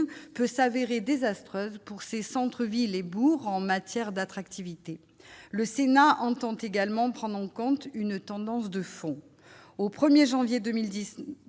peut s'avérer désastreuses pour ces centres villes et bourgs en matière d'attractivité, le Sénat entend également prendre en compte une tendance de fond, au 1er janvier 2010